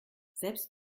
selbst